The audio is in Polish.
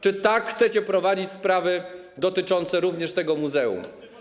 Czy tak chcecie prowadzić sprawy dotyczące również tego muzeum?